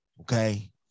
Okay